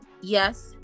Yes